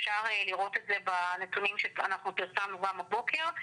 אפשר לראות את זה בנתונים שאנחנו פרסמנו גם הבוקר.